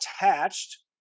attached